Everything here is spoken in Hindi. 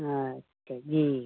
अच्छा जी